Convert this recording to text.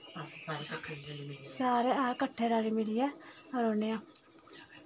सारे अस कट्ठे रली मिलियै रौह्न्ने आं